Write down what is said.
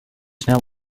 snel